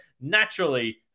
naturally